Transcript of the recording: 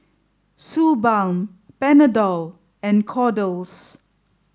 Suu Balm Panadol and Kordel's